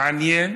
מעניין,